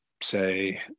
say